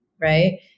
right